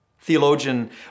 Theologian